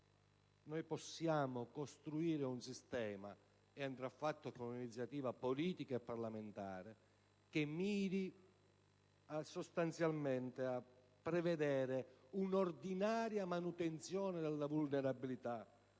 dei danni e costruire un sistema, attraverso un'iniziativa politica e parlamentare, che miri sostanzialmente a prevedere un'ordinaria manutenzione della vulnerabilità